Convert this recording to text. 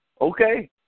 okay